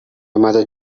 mother